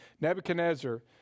Nebuchadnezzar